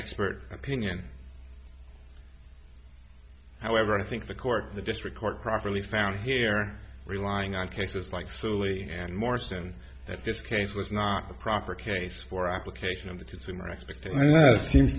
expert opinion however i think the court the district court properly found here relying on cases like solely and more sense that this case was not a proper case for application of the consumer expecting it seems